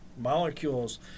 molecules